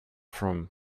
from